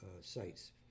sites